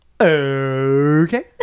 Okay